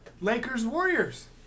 Lakers-Warriors